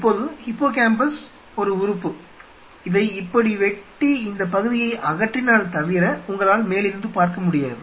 இப்போது ஹிப்போகேம்பஸ் ஒரு உறுப்பு இதை இப்படி வெட்டி இந்தப் பகுதியை அகற்றினால் தவிர உங்களால் மேலிருந்து பார்க்க முடியாது